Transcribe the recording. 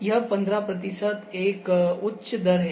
यह 15 प्रतिशत एक उच्च दर है